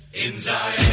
inside